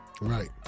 Right